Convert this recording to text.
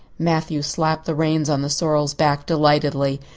matthew slapped the reins on the sorrel's back delightedly.